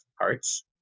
parts